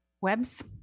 Webs